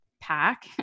pack